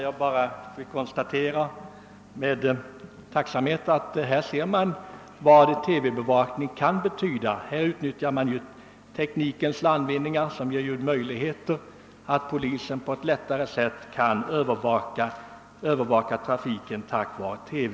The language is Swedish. Herr talman! Jag vill bara med tacksamhet konstatera att av siffrorna framgår vad TV-bevakning kan betyda. Här utnyttjar man ju teknikens landvinningar, vilka ger polisen möjlighet att på ett lättare sätt kunna övervaka trafiken, i detta fall genom TV.